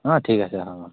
অঁ ঠিক আছে হ'ব